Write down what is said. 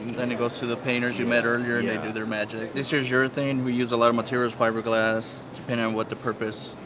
then it goes to the painters you met earlier and they do their magic. this is urethane. we use a lot of materials. fiber glass, depending on what the purpose,